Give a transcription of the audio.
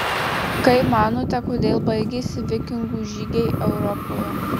kaip manote kodėl baigėsi vikingų žygiai europoje